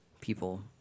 people